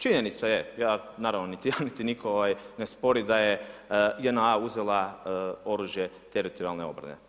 Činjenica je, ja naravno niti ja niti nitko ne spori da je JNA uzela oružje Teritorijalne obrane.